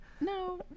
No